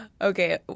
Okay